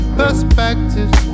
perspectives